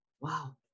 Wow